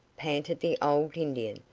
panted the old indian.